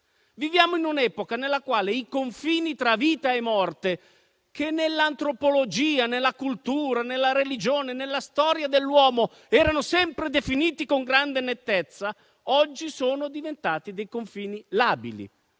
Viviamo in un'epoca nella quale i confini tra vita e morte, che nell'antropologia, nella cultura, nella religione, nella storia dell'uomo erano sempre definiti con grande nettezza, sono diventati labili,